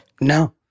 No